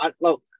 look